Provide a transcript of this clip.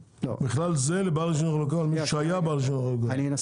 בכלל זה לבעל רישיון חלוקה או מי שהיה בעל רישיון חלוקה.